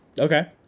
Okay